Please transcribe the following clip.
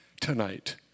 tonight